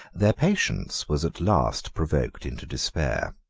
their patience was at last provoked into despair.